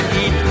eat